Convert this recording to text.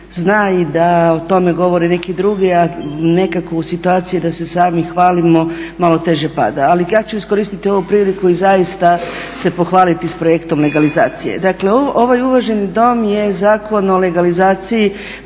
zna i da o tome govore neki drugi, a nekako u situaciji da se sami hvalimo malo teže pada. Ali ja ću iskoristiti ovu priliku i zaista se pohvaliti s projektom legalizacije. Dakle ovaj uvaženi Dom je Zakon o legalizaciji